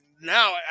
now